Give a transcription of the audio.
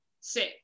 sit